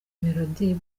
melodie